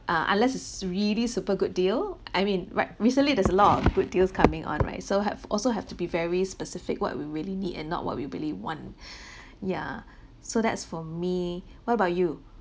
ah unless is really super good deal I mean right recently there's a lot of good deals coming on right so have also have to be very specific what we really need and not what we really want ya so that's for me what about you